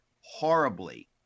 horribly